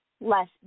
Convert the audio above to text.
less